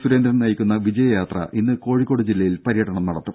സുരേന്ദ്രൻ നയിക്കുന്ന വിജയയാത്ര ഇന്ന് കോഴിക്കോട് ജില്ലയിൽ പര്യടനം നടത്തും